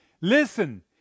Listen